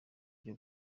ryo